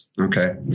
Okay